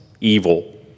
evil